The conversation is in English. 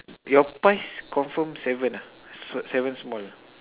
your pies confirm seven ah seven small